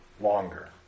Longer